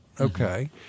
okay